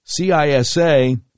CISA